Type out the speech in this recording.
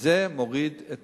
וזה מוריד את